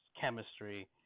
chemistry